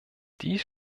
dies